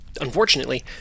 Unfortunately